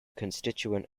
constituent